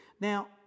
Now